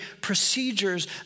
procedures